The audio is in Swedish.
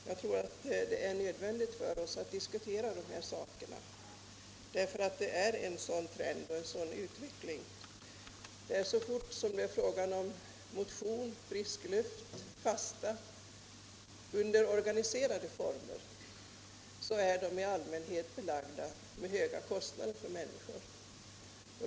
Herr talman! Jag tror det är nödvändigt för oss att diskutera de här spörsmålen, med tanke på den trend som finns i utvecklingen. Så fort det är fråga om motion, frisk luft och fasta under organiserade former är dessa aktiviteter i allmänhet belagda med höga kostnader.